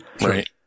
Right